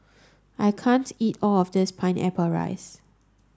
I can't eat all of this pineapple rice